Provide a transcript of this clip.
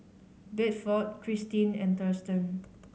Bedford Kristine and Thurston